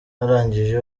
barangije